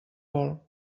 vol